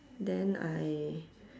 then I